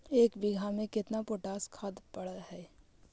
एक बिघा में केतना पोटास खाद पड़ है?